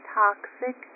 toxic